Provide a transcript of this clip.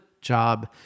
job